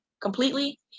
completely